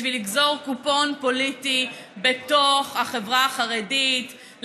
בשביל לגזור קופון פוליטי בתוך החברה החרדית,